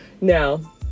Now